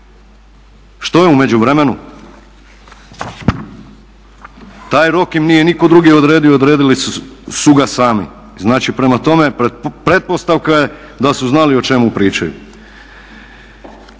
Što je u međuvremenu? Taj rok im nitko drugi odredio, odredili su ga sam. Znači prema tome pretpostavka je da su znali o čemu pričaju.